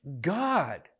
God